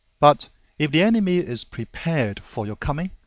but if the enemy is prepared for your coming,